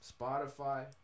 Spotify